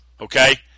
okay